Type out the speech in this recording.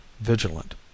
vigilant